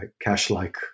cash-like